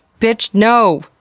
bitch, no!